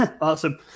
awesome